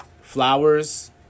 Flowers